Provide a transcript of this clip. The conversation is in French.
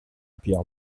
pierre